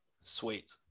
Sweet